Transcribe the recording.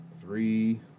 three